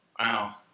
Wow